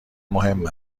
مهم